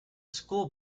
school